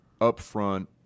upfront